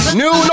new